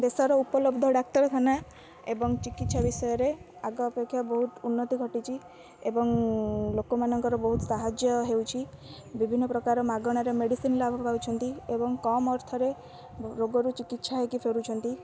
ଦେଶର ଉପଲବ୍ଧ ଡାକ୍ତରଖାନା ଏବଂ ଚିକିତ୍ସା ବିଷୟରେ ଆଗ ଅପେକ୍ଷା ବହୁତ ଉନ୍ନତି ଘଟିଛି ଏବଂ ଲୋକମାନଙ୍କର ବହୁତ ସାହାଯ୍ୟ ହେଉଛି ବିଭିନ୍ନ ପ୍ରକାର ମାଗଣାରେ ମେଡ଼ିସିନ୍ ଲାଭ ପାଉଛନ୍ତି ଏବଂ କମ ଅର୍ଥରେ ରୋଗରୁ ଚିକିତ୍ସା ହୋଇକି ଫେରୁଛନ୍ତି